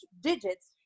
digits